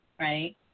right